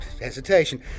hesitation